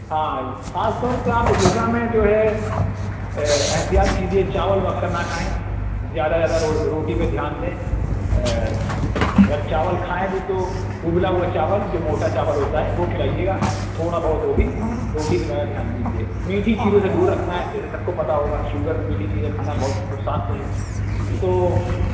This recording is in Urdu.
ہاں خاص طور سے آپ غذا میں جو ہے احتیاط کیجیے چاول وغیرہ نہ کھائیں زیادہ زیادہ روٹی پہ دھیان دیں اور اگر چاول کھائیں بھی تو اُبلا ہُوا چاول جو موٹا چاول ہوتا ہے وہ کھلائیے گا تھوڑا بہت وہ بھی روٹی پہ زیادہ دھیان دیجیے میٹھی چیزوں سے دور رکھنا ہے جیسے سب کو پتہ ہوگا شگر میں میٹھی چیزیں کھانا بہت نقصان دہ ہے تو